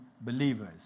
believers